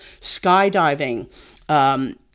skydiving